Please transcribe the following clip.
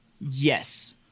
yes